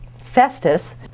Festus